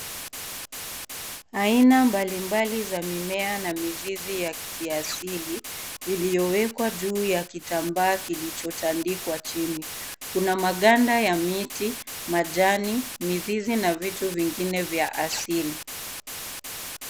Aina mbali mbali za mimea na mizizi ya kiasili iliyowekwa juu ya kitambaa kilicho tandikwa chini. Kuna maganda ya miti majani mizizi na vitu vingine vya asili.